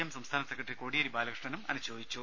M സംസ്ഥാന secretary Kodiyeri ബാലകൃഷ്ണനും അനുശോചിച്ചു